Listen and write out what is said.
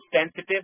sensitive